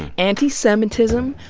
antisemitism,